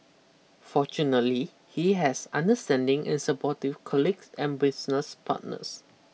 fortunately he has understanding and supportive colleagues and business partners